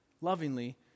lovingly